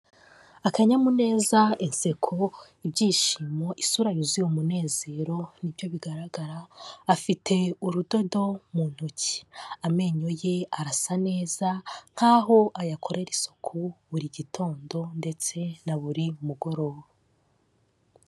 Akanyamuneza, insekobo, ibyishimo, isura yuzuye umunezero nibyo bigaragara, afite urudodo mu ntoki, amenyo ye arasa neza nkaho ayakorera isuku buri gitondo ndetse na buri mugoroba.